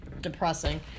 depressing